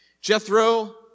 Jethro